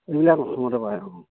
এইবিলাক অসমতে পায় অঁ